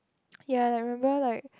ya like remember like